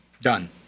Done